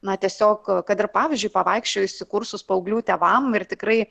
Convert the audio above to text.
na tiesiog kad ir pavyzdžiui pavaikščiojus į kursus paauglių tėvam ir tikrai